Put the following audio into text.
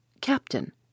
Captain